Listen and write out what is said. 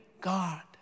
God